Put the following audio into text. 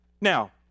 Now